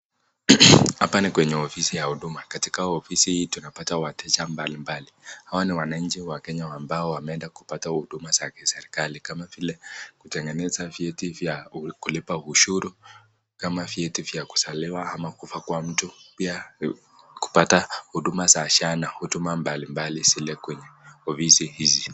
Hapa ni kwenye ofisi ya huduma, katika ofisi hii tunapata wateja mbalimbali. Hawa ni wananchi wa Kenya ambao wameenda kupata huduma za kiserikali kama vile kutengeneza vyeti vya kulipa ushuru, kama vyeti vya kuzaliwa ama kufa kwa mtu, pia kupata huduma za SHA na huduma mbalimbali zile kwenye ofisi hizi.